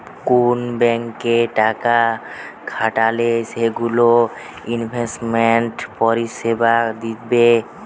কুন ব্যাংকে টাকা খাটালে সেগুলো ইনভেস্টমেন্ট পরিষেবা দিবে